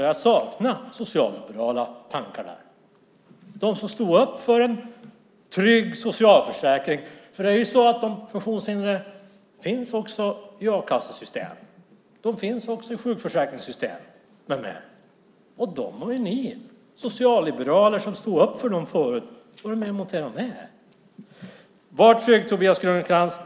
Jag saknar socialliberala tankar och dem som stod upp för en trygg socialförsäkring. De funktionshindrade finns också i a-kassesystemet och sjukförsäkringssystemet med mera. Dessa system har ni socialliberaler som tidigare stod upp för dem varit med och monterat ned. Var lugn, Tobias Krantz!